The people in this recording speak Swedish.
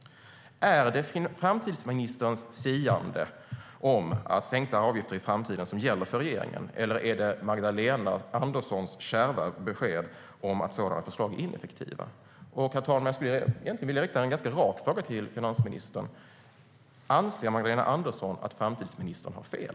Är det framtidsministerns siande om sänkta avgifter i framtiden som gäller för regeringen, eller är det Magdalena Anderssons kärva besked om att sådana förslag är ineffektiva? Jag skulle egentligen vilja rikta en ganska rak fråga till finansministern, herr talman. Anser Magdalena Andersson att framtidsministern har fel?